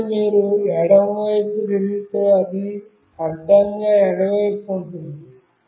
ఆపై మీరు ఎడమ వైపుకు తిరిగితే అది అడ్డంగా ఎడమవైపు ఉంటుంది